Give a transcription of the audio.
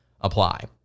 apply